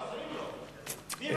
עוזרים לך.